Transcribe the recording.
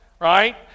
right